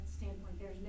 standpoint